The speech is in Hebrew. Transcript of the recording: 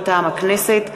מטעם הכנסת: